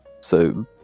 so-